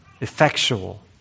effectual